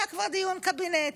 היה כבר דיון קבינט.